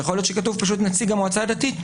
ויכול להיות שכתוב נציג המועצה הדתית,